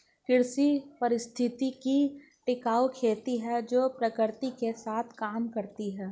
कृषि पारिस्थितिकी टिकाऊ खेती है जो प्रकृति के साथ काम करती है